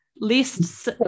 lists